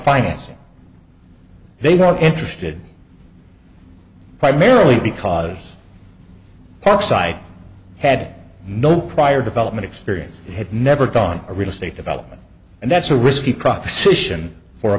financing they were interested primarily because parkside had no prior development experience had never gone a real estate development and that's a risky proposition for a